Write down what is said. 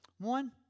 One